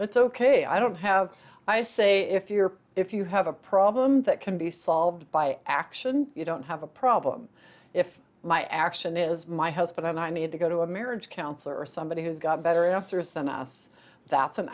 that's ok i don't have i say if you're if you have a problem that can be solved by action you don't have a problem if my action is my health but i need to go to a marriage counselor or somebody who's got better answers than us that's an